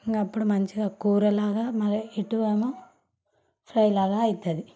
ఇంకా అప్పుడు మంచిగా కూర లాగా మరి ఇటు ఏమో ఫ్రై లాగా అవుతుంది